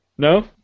No